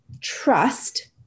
trust